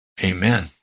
Amen